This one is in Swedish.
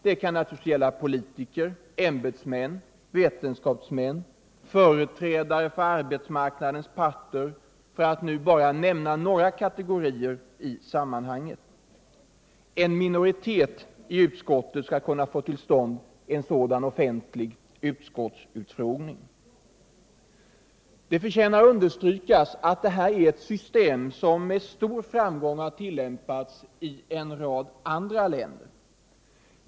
Det kan naturligtvis gälla politiker, ämbetsmän, vetenskapsmän och företrädare för arbetsmarknadens parter, för att nu bara nämna några kategorier. En minoritet i utskottet skall kunna få till stånd en sådan offentlig utskottsutfrågning. Det förtjänar understrykas att det här är ett system som med stor framgång har tillämpats i en rad andra länder.